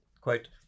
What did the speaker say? quote